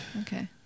Okay